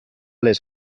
les